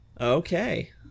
Okay